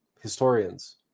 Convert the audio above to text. historians